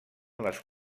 les